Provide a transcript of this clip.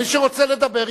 מי שרוצה לדבר,